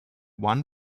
one